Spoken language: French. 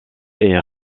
est